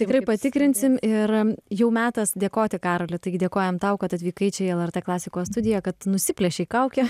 tikrai patikrinsim ir jau metas dėkoti karoli taigi dėkojam tau kad atvykai čia į lrt klasikos studiją kad nusiplėšei kaukę